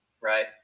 Right